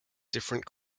different